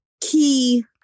key